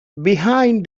behind